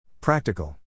Practical